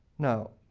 now,